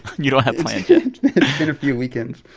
you don't have plans yet in a few weekends,